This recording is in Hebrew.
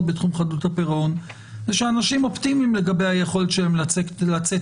בתחום חדלות הפירעון זה שאנשים אופטימיים לגבי היכולת שלהם לצאת